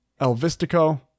Elvistico